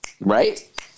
Right